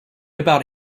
about